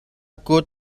kut